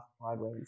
Broadway